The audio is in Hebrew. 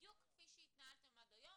בדיוק כפי שהתנהלתם עד היום.